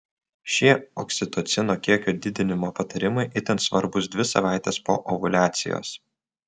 šie oksitocino kiekio didinimo patarimai itin svarbūs dvi savaites po ovuliacijos